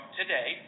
today